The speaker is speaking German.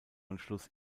anschluss